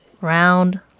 round